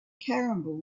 caramel